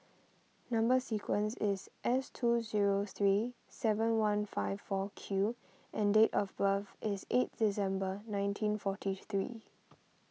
Number Sequence is S two zero three seven one five four Q and date of birth is eight December nineteen forty three